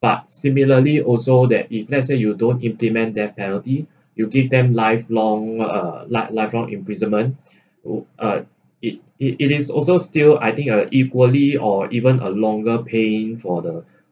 but similarly also that if let's say you don't implement death penalty you give them lifelong a life lifelong imprisonment uh it it it is also still I think uh equally or even a longer pain for the